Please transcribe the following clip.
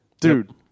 Dude